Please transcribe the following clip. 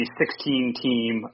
16-team